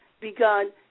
begun